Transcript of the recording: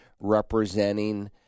representing